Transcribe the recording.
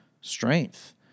strength